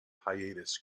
hiatus